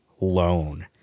loan